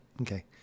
Okay